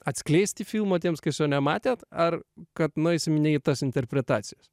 atskleisti filmo tiems kas jo nematėt ar kad nueisim ne į tas interpretacijas